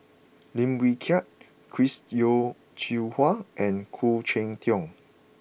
Lim Wee Kiak Chris Yeo Siew Hua and Khoo Cheng Tiong